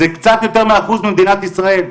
זה קצת יותר מאחוז ממדינת ישראל.